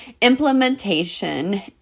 Implementation